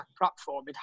platform